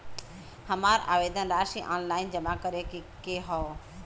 हमार आवेदन राशि ऑनलाइन जमा करे के हौ?